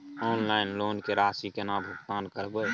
Online loan के राशि केना भुगतान करबे?